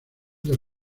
del